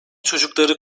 çocukları